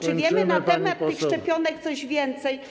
Czy wiemy na temat tych szczepionek coś więcej?